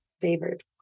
favored